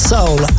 Soul